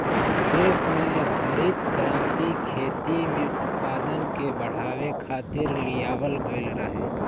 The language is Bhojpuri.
देस में हरित क्रांति खेती में उत्पादन के बढ़ावे खातिर लियावल गईल रहे